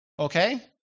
Okay